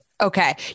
okay